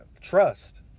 trust